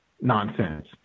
nonsense